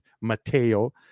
Mateo